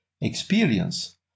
experience